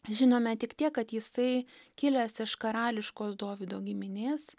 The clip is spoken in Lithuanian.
žinome tik tiek kad jisai kilęs iš karališkos dovydo giminės